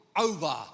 over